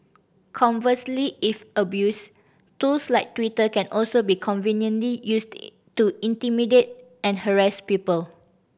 conversely if abused tools like Twitter can also be conveniently used to intimidate and harass people